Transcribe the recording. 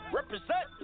Represent